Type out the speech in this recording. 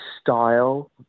style